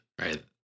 right